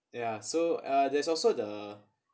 ya so uh there's also the